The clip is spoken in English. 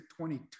$22